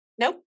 Nope